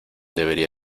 debería